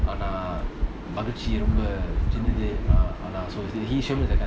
ஆனாஅதவச்சிரொம்ப:aana adha vachi romba so he sherman